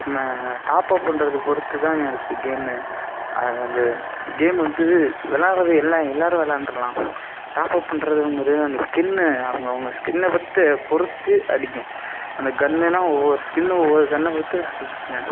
நான் டாப்அப் பண்றதை பொருத்துதாங்க இருக்கு கேமு அந்த கேம் வந்து விளாட்றது எல்லாம் எல்லோரும் விளாண்டுர்லாம் டாப்அப் பண்ணுறதுங்குறது அந்த ஸ்கின்னு அவங்க அவங்க ஸ்கின்னை பார்த்து பொருத்து அடிக்கும் அந்த கன்னுனா ஒவ்வொரு ஸ்கின்னு ஒவ்வொரு கன்னை பார்த்து அடிக்கும்ங்க